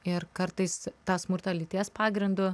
ir kartais tą smurtą lyties pagrindu